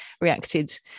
reacted